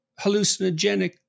hallucinogenic